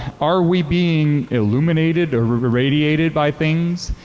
are we being illuminated or radiated by things?